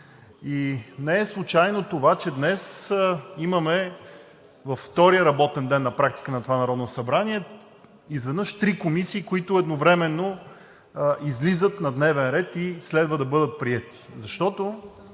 И не е случайно това, че днес имаме, във втория работен ден на практика на това Народно събрание, изведнъж три комисии, които едновременно излизат на дневен ред и следва да бъдат приети. Защото